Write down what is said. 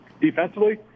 Defensively